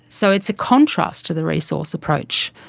so it's a contrast to the resource approach,